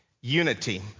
Unity